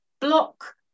block